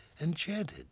enchanted